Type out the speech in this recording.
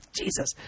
Jesus